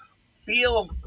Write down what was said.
Feel